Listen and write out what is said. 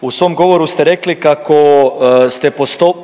u svom govoru ste rekli kako ste poštovali